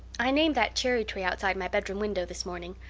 i named that cherry-tree outside my bedroom window this morning.